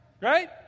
Right